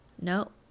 No